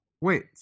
Wait